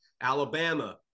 Alabama